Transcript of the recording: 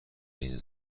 این